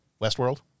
Westworld